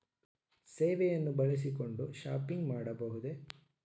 ಸೇವೆಯನ್ನು ಬಳಸಿಕೊಂಡು ಶಾಪಿಂಗ್ ಮಾಡಬಹುದೇ?